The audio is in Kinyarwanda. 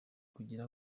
kugira